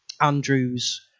Andrew's